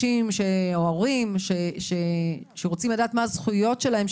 ההורים שרוצים לדעת מה הזכויות שלהם,